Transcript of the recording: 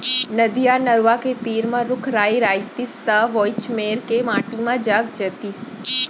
नदिया, नरूवा के तीर म रूख राई रइतिस त वोइच मेर के माटी म जाग जातिस